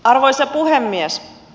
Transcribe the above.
arvoisa puhemies